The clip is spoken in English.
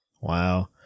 Wow